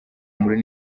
muri